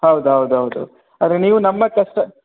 ಹೌದು ಹೌದು ಹೌದು ಆದರೆ ನೀವು ನಮ್ಮ ಕಸ್ಟ